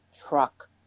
truck